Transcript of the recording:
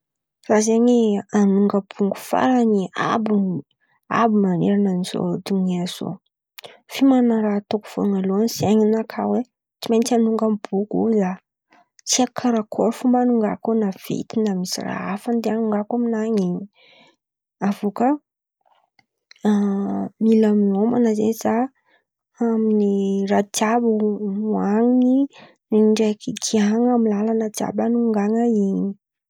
Zah zen̈y an̈onga bongo faran̈y abo abo maneran̈a zao donia zao, fiomanan̈a ataoko voalohan̈y zen̈y ninaka hoe tsy maintsy an̈onga amin̈'ny bongo io tsy haiko karàkôry fomba anongàko eo na vity na misy raha hafa andeha an̈ongàko amin̈any in̈y avô kà mila miomana ze zah amin̈'ny raha jiàby ohanin̈y ndraiky igiàn̈a amy lalan̈a jiàby anongàn̈a an̈y.